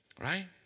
Right